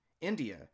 India